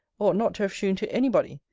ought not to have shewn to any body,